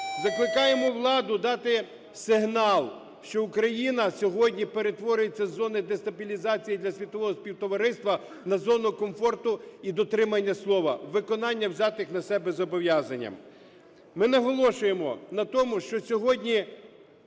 Закликаємо владу дати сигнал, що Україна сьогодні перетворюється з зони дестабілізації для світового співтовариства на зону комфорту і дотримання слова, виконання взятих на себе зобов'язань. Ми наголошуємо на тому, що сьогодні